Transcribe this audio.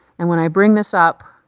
and when i bring this up,